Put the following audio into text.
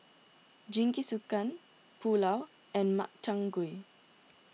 Jingisukan Pulao and Makchang Gui